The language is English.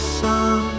sun